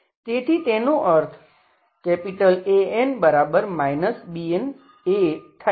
તેથી તેનો અર્થ An Bn એ થાય છે